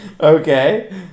Okay